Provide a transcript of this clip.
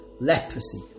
leprosy